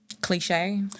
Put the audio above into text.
cliche